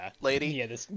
lady